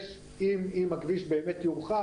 אם הכביש באמת יורחב,